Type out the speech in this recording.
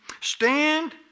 Stand